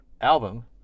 album